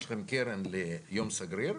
יש לכם קרן ליום סגריר,